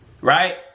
Right